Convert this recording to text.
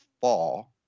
fall